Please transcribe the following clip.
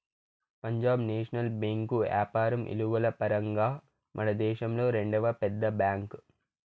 Punjab national bank యాపారం ఇలువల పరంగా మనదేశంలో రెండవ పెద్ద బ్యాంక్